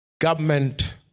government